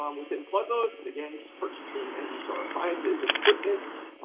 um within plug loads, again, just purchasing energystar appliances and equipment.